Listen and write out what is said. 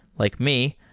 like me,